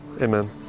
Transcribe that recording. Amen